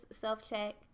self-check